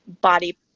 body